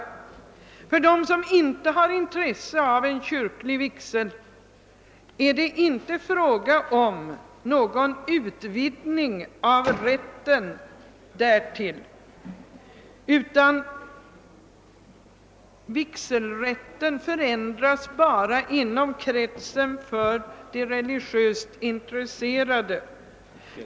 Med tanke på dem som inte har intresse av en kyrklig vigsel kan framhållas att det inte är fråga om någon utvidgning av rätten därtill; vigselrätten förändras bara inom kretsen för de religiöst intresserade.